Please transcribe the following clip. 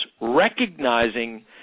recognizing